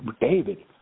David